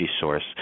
source